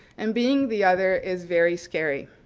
and being the other is very scary.